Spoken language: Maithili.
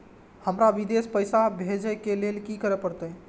हमरा विदेश पैसा भेज के लेल की करे परते?